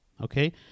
okay